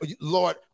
Lord